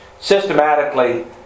systematically